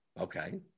Okay